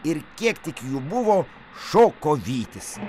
ir kiek tik jų buvo šoko vytis